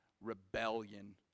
rebellion